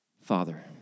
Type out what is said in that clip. Father